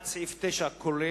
עד סעיף 9 כולל,